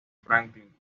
franklin